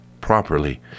properly